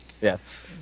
Yes